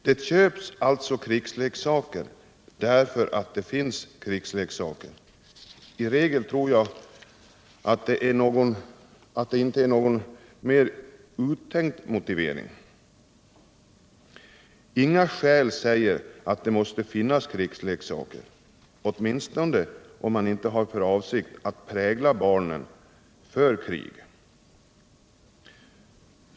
Det köps alltså = krigsleksaker därför att det finns krigsleksaker. Jag tror att det i regel — Förbud mot import inte är någon mer uttänkt motivering. och försäljning av Inga skäl säger att det måste finnas krigsleksaker — åtminstone om = krigsleksaker man inte har för avsikt att prägla barn för krig.